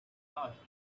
passed